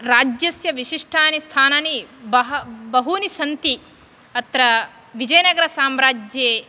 राज्यस्य विशिष्टानि स्थानानि बह बहूनि सन्ति अत्र विजयनगरसाम्राज्ये